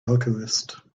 alchemist